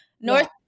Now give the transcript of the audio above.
North